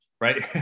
right